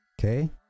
Okay